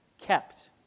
kept